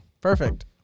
Perfect